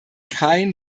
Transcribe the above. kein